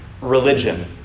religion